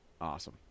Awesome